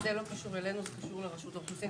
זה לא קשור אלינו אלא לרשות האוכלוסין.